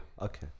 okay